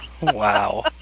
Wow